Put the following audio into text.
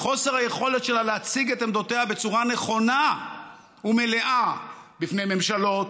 מחוסר היכולת שלה להציג את עמדותיה בצורה נכונה ומלאה בפני ממשלות,